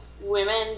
women